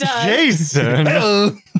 Jason